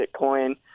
Bitcoin